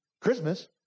Christmas